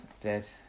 Dead